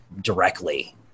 directly